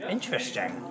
Interesting